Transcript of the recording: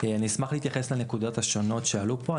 אני אשמח להתייחס לנקודות השונות שעלו פה.